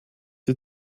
die